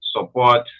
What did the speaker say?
support